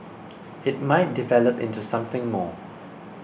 it might develop into something more